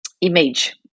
image